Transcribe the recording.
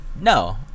no